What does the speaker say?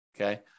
okay